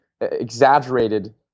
exaggerated